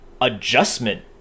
adjustment